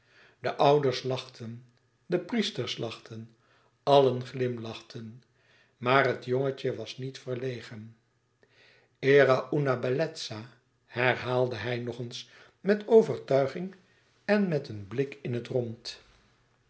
de ouders lachten de priesters lachten allen glimlachten maar het jongentje was niet verlegen era una bellezza herhaalde hij nog eens met overtuiging en met een blik in het rond